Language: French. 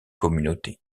communauté